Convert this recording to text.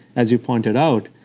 as you pointed out,